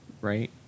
right